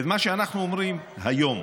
את מה שאנחנו אומרים היום: